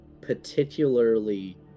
particularly